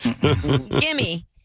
Gimme